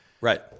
Right